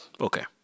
okay